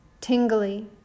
tingly